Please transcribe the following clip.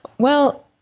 well,